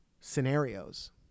scenarios